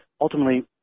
ultimately